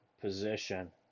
position